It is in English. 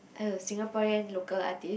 oh Singaporean local artiste